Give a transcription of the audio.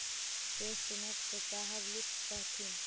chestnut को शाहबलूत कहथीन